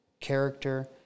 character